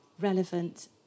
relevant